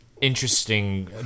interesting